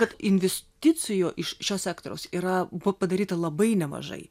kad investicijų iš šio sektoriaus yra buvo padaryta labai nemažai